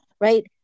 Right